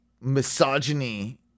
misogyny